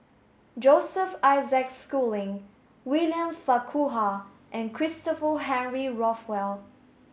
Joseph Isaac Schooling William Farquhar and Christopher Henry Rothwell